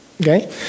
Okay